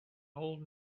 old